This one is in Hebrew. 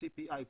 ה-CPI,